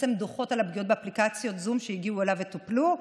פרסם דוחות על הפגיעות באפליקציות זום שהגיעו אליו וטופלו,